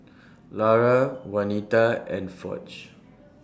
Lara Waneta and Foch